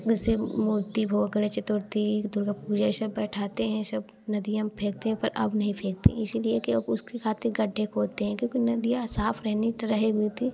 जैसे मूर्ति हो गणेश चतुर्थी दुर्गा पूजा यह सब बैठाते हैं यह सब नदियाँ में फेंकते हैं पर अब नहीं फेंकते इसीलिए कि उसके खातिर गड्ढे खोदते हैं क्योंकि नदियाँ साफ़ रहने रहेनिती